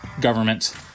government